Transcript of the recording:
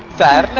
that